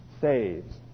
saves